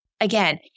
again